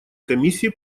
комиссии